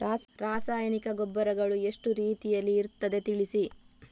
ರಾಸಾಯನಿಕ ಗೊಬ್ಬರಗಳು ಎಷ್ಟು ರೀತಿಯಲ್ಲಿ ಇರ್ತದೆ ತಿಳಿಸಿ?